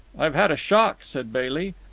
i have had a shock, said bailey.